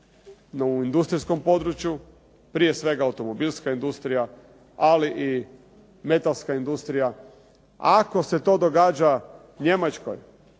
u industrijskom području, prije svega automobilska industrija, ali i metalska industrija. Ako se to događa Njemačkoj,